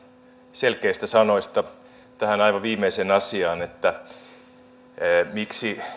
selkeistä sanoista tähän aivan viimeiseen asiaan miksi